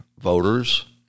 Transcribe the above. voters